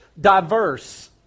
diverse